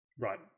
Right